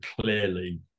clearly